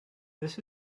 this